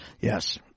Yes